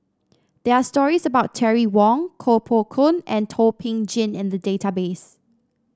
there are stories about Terry Wong Koh Poh Koon and Thum Ping Tjin in the database